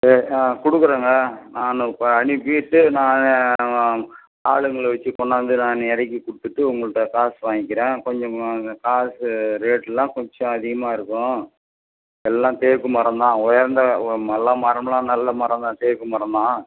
சரி ஆ கொடுக்குறோங்க நானு இப்போ அனுப்பிட்டு நானு ஆளுங்கள வச்சு கொண்டார்ந்து நானு இறக்கி கொடுத்துட்டு உங்கள்கிட்ட காசு வாங்கிக்கிறேன் கொஞ்சம் காசு ரேட்லாம் கொஞ்சம் அதிகமாக இருக்கும் எல்லாம் தேக்கு மரந்தான் உயர்ந்த நல்ல மரம்லாம் நல்ல மரந்தான் தேக்கு மரந்தான்